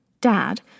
Dad